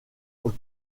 aux